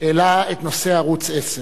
העלה את נושא ערוץ-10.